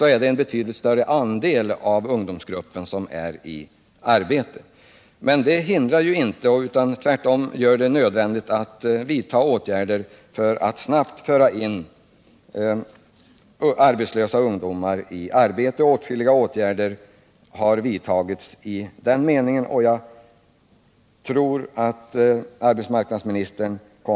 Sålunda är en betydligt större andel av ungdomsgruppen nu i arbete. Men naturligtvis är det ändå nödvändigt att vidta åtgärder för att snabbt föra in arbetslösa ungdomar på arbetsmarknaden. Åtskilliga åtgärder har också vidtagits i det syftet.